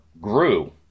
grew